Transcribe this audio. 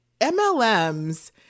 MLMs